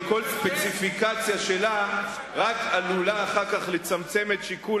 וכל ספציפיקציה שלה עלולה לצמצם את שיקול